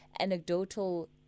anecdotal